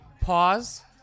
pause